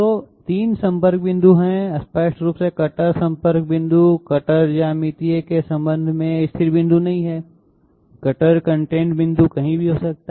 तो तीन संपर्क बिंदु हैं स्पष्ट रूप से कटर संपर्क बिंदु कटर ज्यामिति के संबंध में स्थिर बिंदु नहीं हैं कटर कंटेंट बिंदु कहीं भी हो सकता है